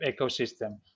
ecosystem